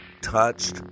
touched